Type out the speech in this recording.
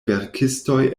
verkistoj